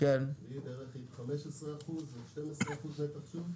והיא בערך עם 15% או 12% נתח שוק.